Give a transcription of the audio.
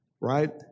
right